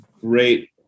great